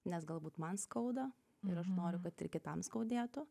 nes galbūt man skauda ir aš noriu kad ir kitam skaudėtų